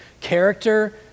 Character